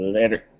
Later